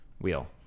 wheel